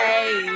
Hey